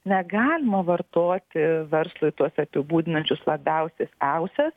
negalima vartoti verslui tuos apibūdinančius labiausis ausias